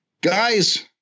Guys